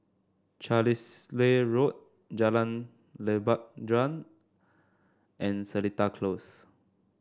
Carlisle Road Jalan Lebat Daun and Seletar Close